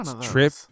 trip